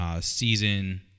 Season